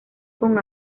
con